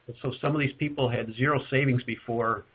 but so some of these people had zero savings before,